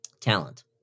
Talent